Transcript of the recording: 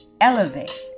elevate